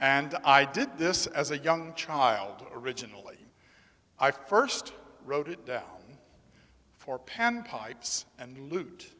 and i did this as a young child originally i first wrote it for pan pipes and l